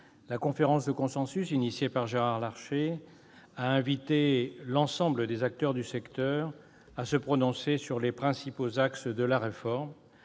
la conférence de consensus, initiée par Gérard Larcher, a invité l'ensemble des acteurs du secteur à se prononcer sur les principaux axes de la réforme